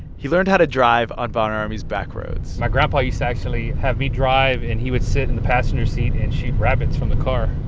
he learned how to drive on von ormy's back roads my grandpa used to actually have me drive, and he would sit in the passenger seat and shoot rabbits from the car